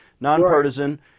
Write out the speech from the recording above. nonpartisan